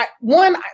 one